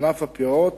ענף הפירות